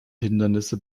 hindernisse